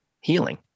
healing